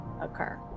occur